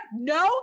no